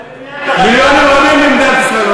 מיליונים רבים במדינת ישראל,